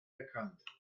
erkannt